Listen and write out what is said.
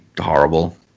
horrible